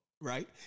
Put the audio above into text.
right